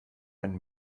einen